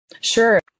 Sure